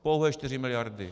Pouhé 4 miliardy.